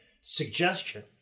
suggestion